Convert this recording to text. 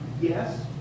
yes